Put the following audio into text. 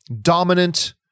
dominant